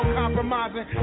compromising